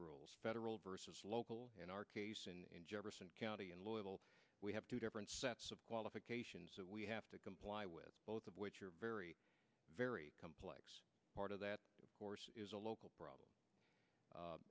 rules federal versus local in our case in jefferson county in oil we have two different sets of qualifications that we have to comply with both of which are very very complex part of that force is a local problem